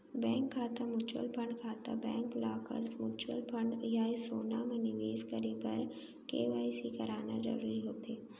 bank खाता, mutual fund खाता, bank lockers, mutual fund या सोना म निवेस करे बर के.वाई.सी कराना जरूरी होथे